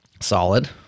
Solid